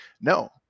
No